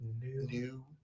New